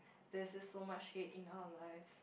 there's so much hate in our life